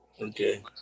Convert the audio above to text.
Okay